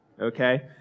okay